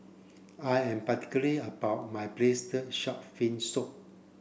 I am particular about my braised shark fin soup